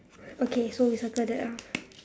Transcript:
okay so we circle that ah